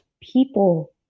people